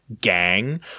gang